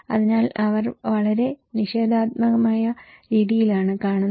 അതിനാൽ അവർ വളരെ നിഷേധാത്മകമായ രീതിയിലാണ് കാണുന്നത്